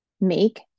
Make